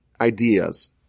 ideas